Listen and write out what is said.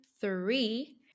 three